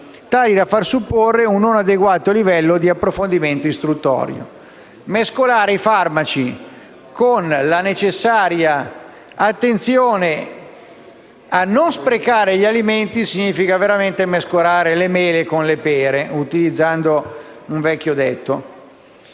e da far supporre un non adeguato livello di approfondimento istruttorio». Mescolare il tema dei farmaci con la necessaria attenzione a non sprecare gli alimenti significa veramente mescolare le mele con le pere, utilizzando un vecchio detto.